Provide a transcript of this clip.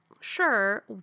Sure